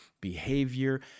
behavior